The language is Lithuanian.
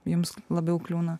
jums labiau kliūna